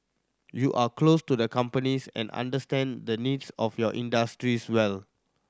you are close to the companies and understand the needs of your industries well